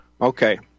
Okay